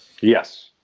Yes